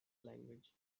language